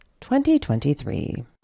2023